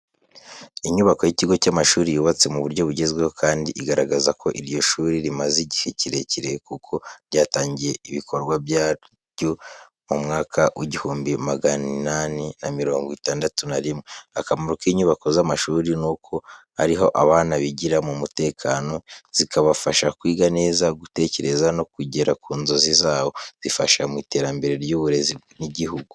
Inyubako y'ikigo cy'amashuri yubatse mu buryo bugezweho kandi igaragaza ko iryo shuri rimaze igihe kirekire kuko ryatangiye ibikorwa byaryo mu mwaka w'igihumbi magana inani na mirongo itandatu na rimwe. Akamaro k’inyubako z’amashuri ni uko ari ho abana bigira mu mutekano, zikabafasha kwiga neza, gutekereza, no kugera ku nzozi zabo. Zifasha mu iterambere ry'uburezi n’igihugu.